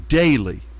daily